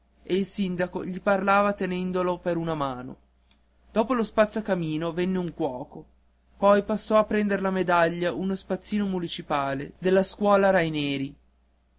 e il sindaco gli parlava tenendolo per una mano dopo lo spazzacamino venne un cuoco poi passò a prender la medaglia uno spazzino municipale della scuola raineri